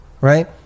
right